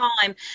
time